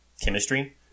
chemistry